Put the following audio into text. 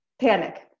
panic